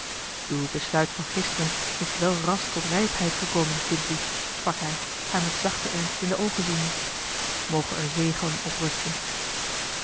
uw besluit van gisteren is wel rasch tot rijpheid gekomen kindlief sprak hij haar met zachten ernst in de oogen ziende moge er zegen op rusten